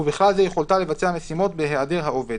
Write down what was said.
ובכלל זה יכולתה לבצע משימות בהיעדר העובד.